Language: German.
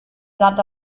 sand